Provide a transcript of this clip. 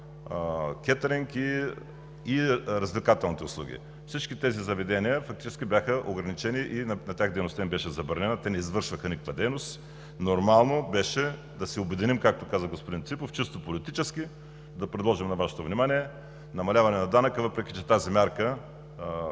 кетъринг, и развлекателните услуги. Всички тези заведения фактически бяха ограничени и на тях дейността им беше забранена – те не извършваха никаква дейност. Нормално беше да се обединим, както каза и господин Ципов – чисто политически, и да предложим на Вашето внимание намаляване на данъка, въпреки че тази мярка